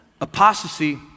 Apostasy